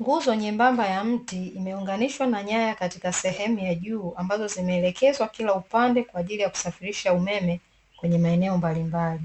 Nguzo nyembamba ya mti imeunganishwa na nyaya katika sehemu ya juu ambazo zimeelekezwa kila upande kwa ajili ya kusafirisha umeme kwenye maeneo mbalimbali.